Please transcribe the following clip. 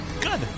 Good